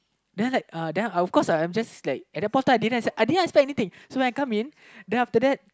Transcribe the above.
then I like uh then I of course I'm I'm just like at that point of time I didn't I didn't expect anything so when I come in then after that